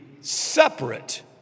separate